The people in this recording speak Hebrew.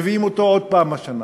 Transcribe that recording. מביאים אותו עוד פעם השנה.